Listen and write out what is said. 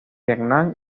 vietnam